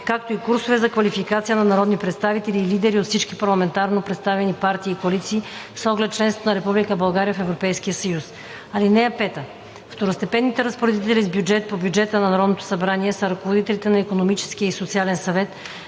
както и курсове за квалификация на народни представители и лидери от всички парламентарно представени партии и коалиции с оглед членството на Република България в Европейския съюз. (5) Второстепенните разпоредители с бюджет по бюджета на Народното събрание са ръководителите на Икономическия и социален съвет,